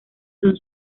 son